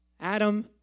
Adam